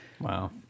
Wow